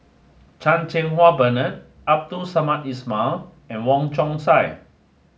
Chang Cheng Wah Bernard Abdul Samad Ismail and Wong Chong Sai